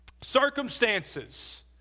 Circumstances